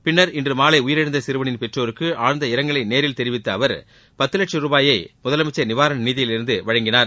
பின்னர் இன்று மாலை உயிரிழந்த சிறுவனின் பெற்றோருக்கு ஆழ்ந்த இரங்கலை நேரில்தெரிவித்த அவர் பத்து லட்சம் ரூபாயை முதலமைச்சர் நிவாரண நிதியிலிருந்து வழங்கினார்